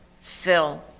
Phil